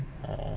orh